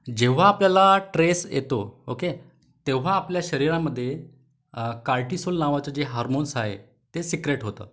जेेव्हा आपल्याला ट्रेस येतो ओके तेव्हा आपल्या शरीरामध्ये कार्टीसोल नावाचं जे हार्मोन्स आहे ते सिक्रेट होतं